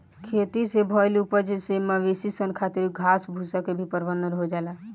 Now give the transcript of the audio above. खेती से भईल उपज से मवेशी सन खातिर घास भूसा के भी प्रबंध हो जाला